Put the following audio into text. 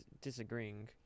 disagreeing